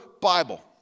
Bible